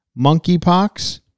Monkeypox